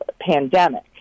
pandemic